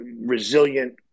resilient